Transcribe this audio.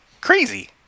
Crazy